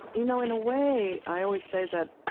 you know, in a way, i always say that,